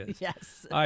Yes